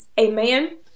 amen